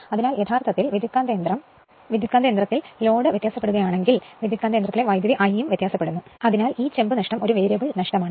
അതിനാൽ യഥാർത്ഥത്തിൽ യഥാർത്ഥത്തിൽ ട്രാൻസ്ഫോർമർ ലോഡ് വ്യത്യാസപ്പെടുന്നുവെങ്കിൽ ട്രാൻസ്ഫോർമർ കറന്റ് I വ്യത്യാസപ്പെടുന്നു അതിനാൽ ഈ ചെമ്പ് നഷ്ടം ഒരു വേരിയബിൾ നഷ്ടമാണ് അതിനാൽ ഈ ചെമ്പ് നഷ്ടം ഒരു വേരിയബിൾ നഷ്ടമാണ്